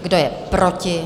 Kdo je proti?